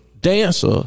dancer